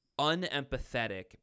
unempathetic